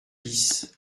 bis